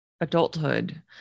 adulthood